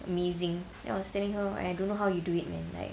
amazing then I was telling her I don't know how you do it man like